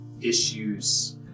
issues